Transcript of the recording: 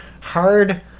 Hard